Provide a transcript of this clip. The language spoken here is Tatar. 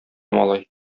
малай